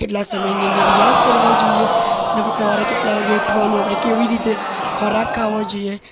કેટલા સમયની અંદર રિયાઝ કરવો જોઈએ તમે સવારે કેટલા વાગે ઊઠવાનું આપણે કેવી રીતે ખોરાક ખાવો જોઈએ